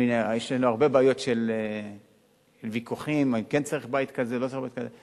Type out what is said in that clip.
יש לנו הרבה בעיות של ויכוחים אם כן צריך בית כזה או לא צריך בית כזה.